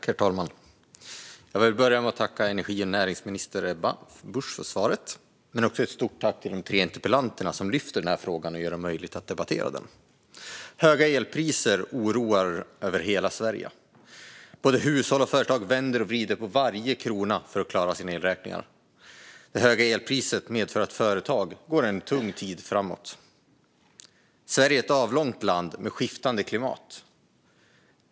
Herr talman! Jag vill börja med att tacka energi och näringsminister Ebba Busch för svaret. Jag vill också rikta ett stort tack till de tre interpellanterna, som lyfter upp frågan och gör det möjligt att debattera den. Höga elpriser oroar hela Sverige. Både hushåll och företag vänder och vrider på varje krona för att klara att betala sina elräkningar. De höga elpriserna medför att företag får en tung tid framöver. Sverige är ett avlångt land med skiftande klimat.